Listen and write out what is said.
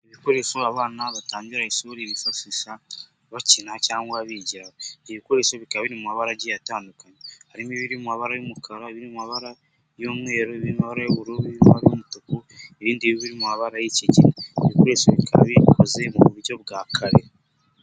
Ibikoresho abana batangira ishuri bifashisha bakina cyangwa bigiraho. Ibikoresho bikaba biri mu mabara agiye atandukanye harimo ibiri mu mabara y'umukara, biri mabara y'umweru, ibiri mu mabara y'ubururu, ibiri mu mabara y'umutuku, ibindi biri mu mabara y'kigina. Ibikoresho bikaba bikoze mu buryo bwa kare.